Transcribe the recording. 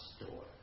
store